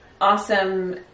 awesome –